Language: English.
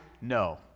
No